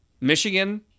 Michigan